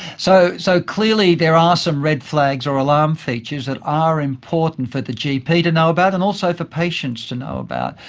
so so clearly there are some red flags or alarm features that are important for the gp to know about and also for patients to know about.